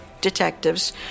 detectives